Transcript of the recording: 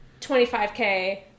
25k